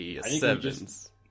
Sevens